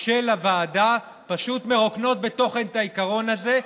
של הוועדה פשוט מרוקנות מתוכן את העיקרון הזה,